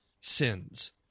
sins